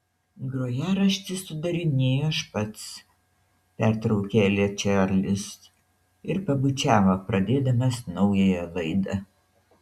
grojaraštį sudarinėju aš pats pertraukė elę čarlis ir pabučiavo pradėdamas naująją laidą